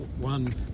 one